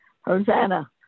Hosanna